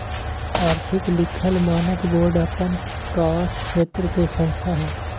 आर्थिक लिखल मानक बोर्ड अप्पन कास क्षेत्र के संस्था हइ